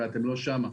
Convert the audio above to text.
ואתם לא שם.